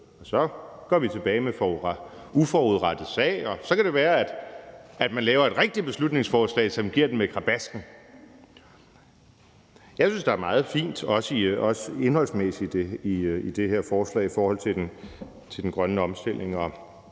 Så går vi tilbage med uforrettet sag, og så kan det være, at man laver et rigtigt beslutningsforslag, som giver dem med krabasken. Jeg synes, der er meget fint, også indholdsmæssigt, i det her forslag i forhold til den grønne omstilling,